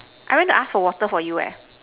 I went to ask for water for you eh